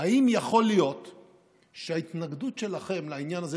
האם יכול להיות שההתנגדות שלכם לעניין הזה